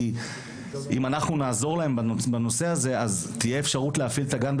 כי אם אנחנו נעזור להם בנושא הזה אז תהיה אפשרות להפעיל את הגן,